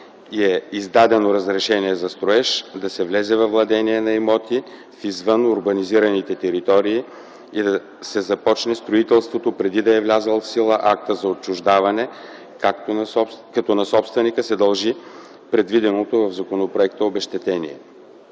и е издадено разрешение за строеж, да се влезе във владение на имота в извън урбанизираните територии и да се започне строителството преди да е влязъл в сила актът за отчуждаване, като на собственика се дължи предвиденото в законопроекта обезщетение.